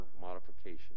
Modification